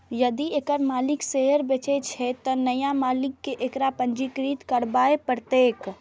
यदि एकर मालिक शेयर बेचै छै, तं नया मालिक कें एकरा पंजीकृत करबय पड़तैक